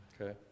Okay